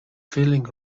feeling